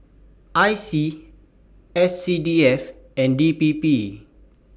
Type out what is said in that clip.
I C S C D F and D P P